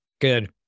good